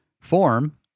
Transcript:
form